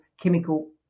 chemical